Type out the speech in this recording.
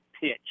pitch